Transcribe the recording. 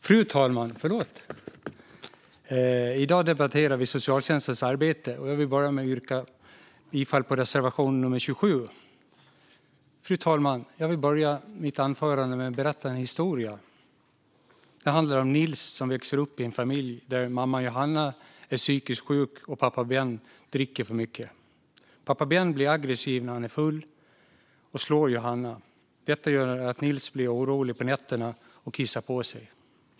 Fru talman! I dag debatterar vi socialtjänstens arbete. Jag vill först yrka bifall till reservation nummer 27. Jag vill börja mitt anförande med att berätta en historia. Det handlar om Nils som växer upp i en familj där mamma Johanna är psykiskt sjuk och pappa Ben dricker för mycket. Pappa Ben blir aggressiv när han är full och slår Johanna. Detta gör att Nils blir orolig på nätterna och kissar på sig.